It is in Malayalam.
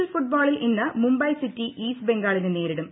എൽ ഫുട്ബോളിൽ ഇന്ന് മുംബൈ സിറ്റി ഈസ്റ്റ് ബംഗാളിനെ നേരിടും